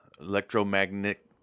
Electromagnetic